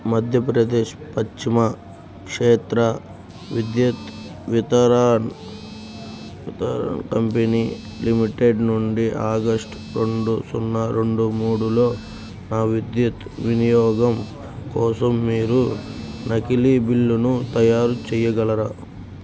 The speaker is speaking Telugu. మధ్యప్రదేశ్ పశ్చిమ క్షేత్ర విద్యుత్ వితారన్ కంపెనీ లిమిటెడ్ నుండి ఆగస్ట్ రెండు సున్నా రెండు మూడులో నా విద్యుత్ వినియోగం కోసం మీరు నకిలీ బిల్లును తయారు చేయగలరా